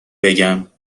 بگم